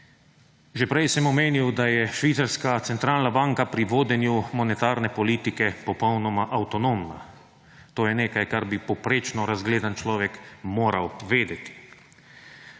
Že prej sem omenil, da je švicarska centralna banka pri vodenju monetarne politike popolnoma avtonomna. To je nekaj, kar bi povprečno razgledan človek moral vedeti.